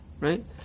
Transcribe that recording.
Right